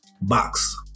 box